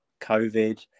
COVID